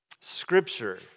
Scripture